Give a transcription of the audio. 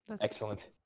Excellent